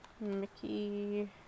Mickey